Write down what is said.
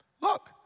Look